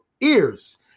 ears